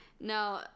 No